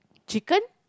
chicken